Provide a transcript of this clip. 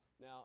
Now